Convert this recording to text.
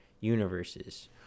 universes